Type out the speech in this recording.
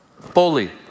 fully